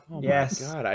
yes